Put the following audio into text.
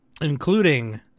including